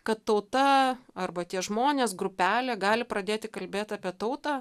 kad tauta arba tie žmonės grupelė gali pradėti kalbėt apie tautą